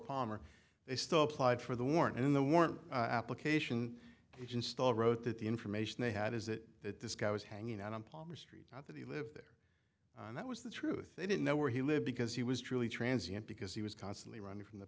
palmer they still applied for the warrant in the warrant application install wrote that the information they had is that this guy was hanging out on palmer street not that he lived there and that was the truth they didn't know where he lived because he was truly transience because he was constantly running from the